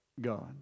God